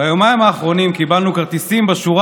ביומיים האחרונים קיבלנו כרטיסים בשורה